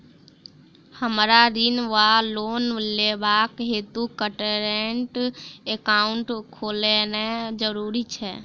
हमरा ऋण वा लोन लेबाक हेतु करेन्ट एकाउंट खोलेनैय जरूरी छै?